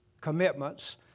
Commitments